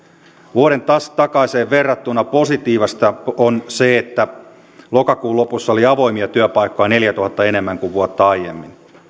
vuodentakaiseen verrattuna positiivista on se että lokakuun lopussa oli avoimia työpaikkoja neljäntuhannen enemmän kuin vuotta aiemmin